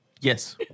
Yes